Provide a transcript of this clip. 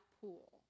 pool